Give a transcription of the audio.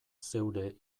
zeure